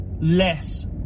less